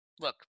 look